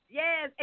yes